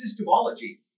Systemology